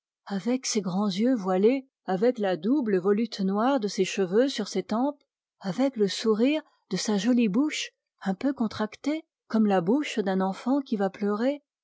avec ses yeux voilés avec la double volute noire de ses cheveux sur ses tempes avec le sourire de sa jolie bouche un peu contractée comme la bouche d'un enfant qui va pleurer